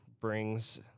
brings